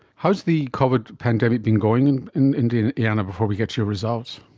how is the covid pandemic been going in in indiana, before we get to your results?